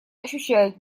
ощущает